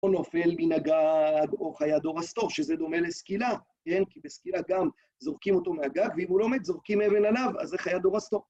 נופל מן הגג או חיה דורסתו, שזה דומה לסקילה, כן? כי בסקילה גם זורקים אותו מהגג, ואם הוא לא מת זורקים אבן עליו, אז זה חיה דוֹרסתוֹ.